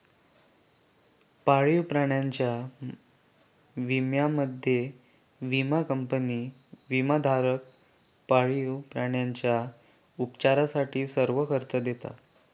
पाळीव प्राण्यांच्या विम्यामध्ये, विमा कंपनी विमाधारक पाळीव प्राण्यांच्या उपचारासाठी सर्व खर्च देता